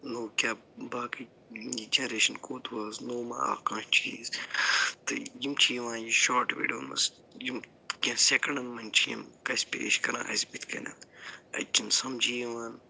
نو کیٛاہ باقٕے جنریشن کوٚت وٲژۍ نو ما آو کانٛہہ چیٖز تہٕ یِم چھِ یِوان یہِ شاٹ ویٖڈیوون منٛز یِم کیٚنٛہہ سٮ۪کںٛڈن منٛز چھِ یِم کَژھِ پیش کَران اَسہِ بٕتھِ کَنٮ۪تھ اَتہِ چھُنہٕ سمجھی یِوان